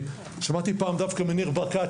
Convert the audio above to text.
שמעתי דווקא מניר ברקת,